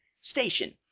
Station